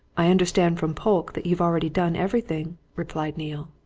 i understand from polke that you've already done everything, replied neale.